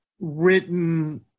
written